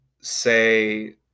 say